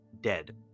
dead